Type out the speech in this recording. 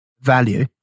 value